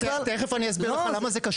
ותכף אני אסביר לך למה זה קשור.